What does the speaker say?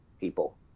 people